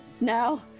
now